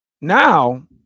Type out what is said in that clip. Now